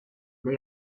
they